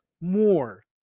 more